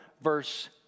verse